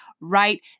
right